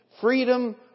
freedom